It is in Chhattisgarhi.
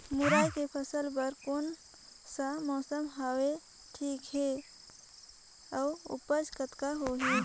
मुरई के फसल बर कोन सा मौसम हवे ठीक हे अउर ऊपज कतेक होही?